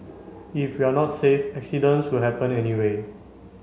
if you're not safe accidents will happen anyway